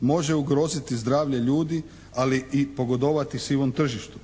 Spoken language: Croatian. može ugroziti zdravlje ljudi, ali i pogodovati sivom tržištu.